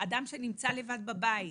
אדם שנמצא לבד בבית,